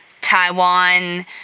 Taiwan